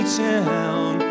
town